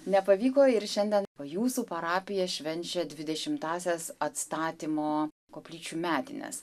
nepavyko ir šiandien jūsų parapija švenčia dvidešimtąsias atstatymo koplyčių metines